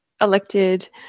elected